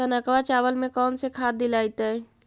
कनकवा चावल में कौन से खाद दिलाइतै?